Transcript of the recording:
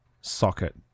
socket